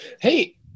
hey